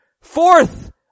fourth